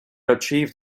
achieved